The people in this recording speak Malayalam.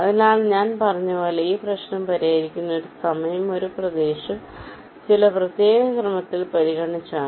അതിനാൽ ഞാൻ പറഞ്ഞതുപോലെ ഈ പ്രശ്നം പരിഹരിക്കുന്നത് ഒരു സമയം ഒരു പ്രദേശം ചില പ്രത്യേക ക്രമത്തിൽ പരിഗണിച്ചാണ്